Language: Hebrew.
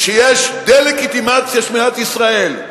שיש דה-לגיטימציה של מדינת ישראל.